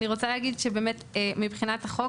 אני רוצה להגיד שמבחינת החוק